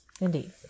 Indeed